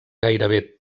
gairebé